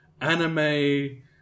anime